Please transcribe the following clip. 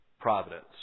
providence